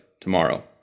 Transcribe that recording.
tomorrow